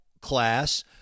class